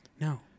no